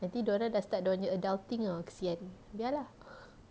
nanti dorang dah start dorangnya adulting ah kesian biar lah